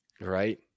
Right